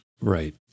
Right